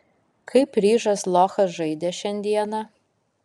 kaip ryžas lochas žaidė šiandieną